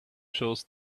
shows